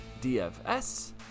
DFS